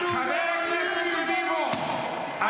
--- חבר הכנסת רביבו,